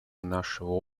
нашего